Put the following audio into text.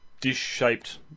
dish-shaped